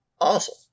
Awesome